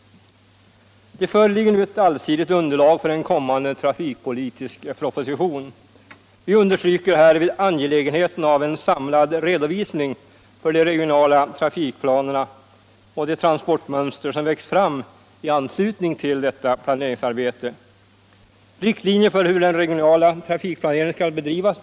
Det föreligger nu ett allsidigt underlag för en kommande trafikpolitisk proposition. Vi understryker härvid angelägenheten av en samlad redovisning för de regionala trafikplanerna och de transportmönster som växt fram i anslutning till detta planeringsarbete. Vi anser att riktlinjer bör framläggas för hur den regionala trafikplanceringen skall bedrivas.